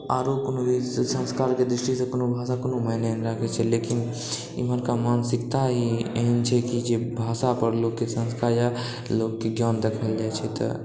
आरो कोनो संस्कारके दृष्टिसँ कोनो भाषा कोनो मायने नहि राखै छै लेकिन इमहरके मानसिकता ही एहेन छै कि भाषा पर लोकके संस्कार या लोकके ज्ञान देखल जाइ छै तऽ